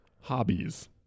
hobbies